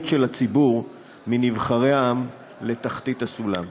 של הציבור מנבחרי העם לתחתית הסולם.